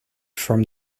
from